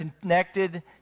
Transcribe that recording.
connected